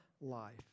life